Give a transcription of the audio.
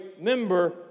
member